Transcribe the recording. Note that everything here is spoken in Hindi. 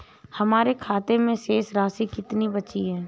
हमारे खाते में शेष राशि कितनी बची है?